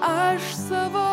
aš savo